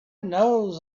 knows